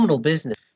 business